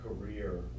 career